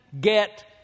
get